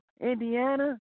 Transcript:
Indiana